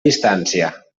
distància